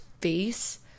face